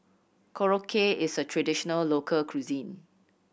Korokke is a traditional local cuisine